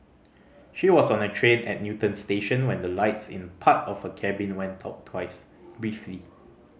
she was on a train at Newton station when the lights in part of her cabin went out twice briefly